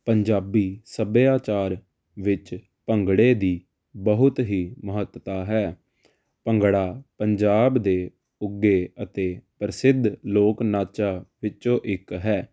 ਪੰਜਾਬੀ ਸੱਭਿਆਚਾਰ ਵਿੱਚ ਭੰਗੜੇ ਦੀ ਬਹੁਤ ਹੀ ਮਹੱਤਤਾ ਹੈ ਭੰਗੜਾ ਪੰਜਾਬ ਦੇ ਉੱਘੇ ਅਤੇ ਪ੍ਰਸਿੱਧ ਲੋਕ ਨਾਚਾਂ ਵਿੱਚੋਂ ਇੱਕ ਹੈ